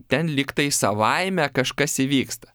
ten lyg tai savaime kažkas įvyksta